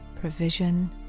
provision